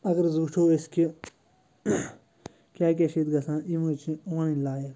اگر حظ وٕچھو أسۍ کہِ کیٛاہ کیٛاہ چھِ ییٚتہِ گَژھان یِم حظ چھِ وَنٕنۍ لایق